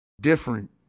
Different